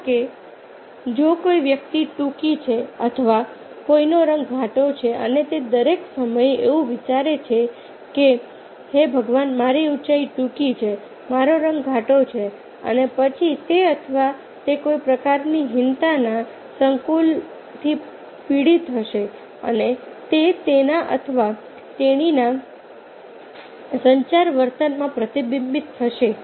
ધારો કે જો કોઈ વ્યક્તિ ટૂંકી છે અથવા કોઈનો રંગ ઘાટો છે અને તે દરેક સમયે એવું વિચારે છે કે હે ભગવાન મારી ઉંચાઈ ટૂંકી છે મારો રંગ ઘાટો છે અને પછી તે અથવા તે કોઈ પ્રકારની હીનતાના સંકુલથી પીડિત હશે અને તે તેના અથવા તેણીના સંચાર વર્તનમાં પ્રતિબિંબિત થશે